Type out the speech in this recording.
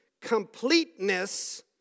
completeness